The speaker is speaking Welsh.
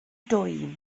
dwym